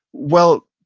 well,